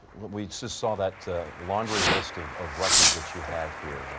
we just saw that laundry list of of records that you have here.